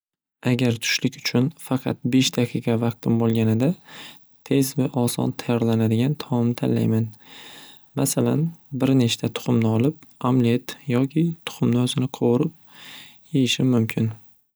Agar tushlik uchun besh daqiqa vaqtim bo'lganida tez va oson tayyorlanadigan taom tanlayman masalan birnechta tuxumni olib amlet yoki tuxumni o'zini qo'vurib yeyishim mumkin.